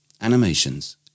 animations